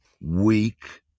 weak